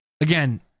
again